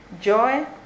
joy